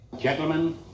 Gentlemen